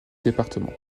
département